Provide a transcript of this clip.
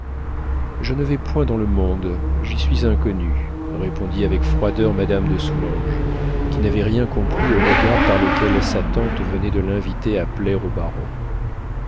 je ne vais point dans le monde j'y suis inconnue répondit avec froideur madame de soulanges qui n'avait rien compris au regard par lequel sa tante venait de l'inviter à plaire au baron